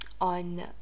on